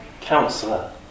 Counselor